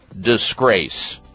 disgrace